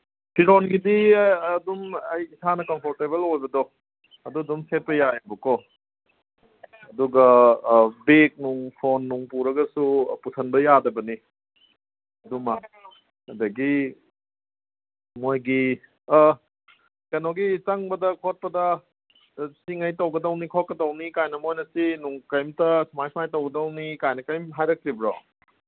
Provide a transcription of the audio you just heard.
ꯐꯤꯔꯣꯟꯒꯤꯗꯤ ꯑꯗꯨꯝ ꯑꯩ ꯏꯁꯥꯅ ꯀꯝꯐꯣꯔꯇꯦꯕꯜ ꯑꯣꯏꯕꯗꯣ ꯑꯗꯨ ꯑꯗꯨꯝ ꯁꯦꯠꯄ ꯌꯥꯔꯦꯕꯀꯣ ꯑꯗꯨꯒ ꯕꯦꯛ ꯅꯨꯡ ꯐꯣꯟ ꯅꯨꯡ ꯄꯨꯔꯒꯁꯨ ꯄꯨꯁꯟꯕ ꯌꯥꯗꯕꯅꯤ ꯑꯗꯨꯃ ꯑꯗꯒꯤ ꯃꯣꯏꯒꯤ ꯀꯩꯅꯣꯒꯤ ꯆꯪꯕꯗ ꯈꯣꯠꯄꯗ ꯁꯤꯉꯩ ꯇꯧꯒꯗꯧꯅꯤ ꯈꯣꯠꯀꯗꯧꯅꯤ ꯀꯥꯏꯅ ꯃꯣꯏꯅ ꯆꯦ ꯅꯨꯡ ꯀꯩꯝꯇ ꯁꯨꯃꯥꯏ ꯁꯨꯃꯥꯏ ꯇꯧꯒꯗꯧꯅꯤ ꯀꯥꯏꯅ ꯀꯩꯝ ꯍꯥꯏꯔꯛꯇ꯭ꯔꯤꯕꯣ